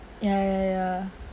ya ya ya